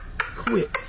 quit